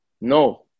No